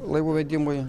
laivų vedimui